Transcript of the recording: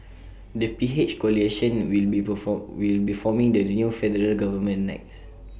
the PH coalition will be forming the new federal government next